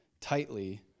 tightly